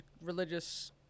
religious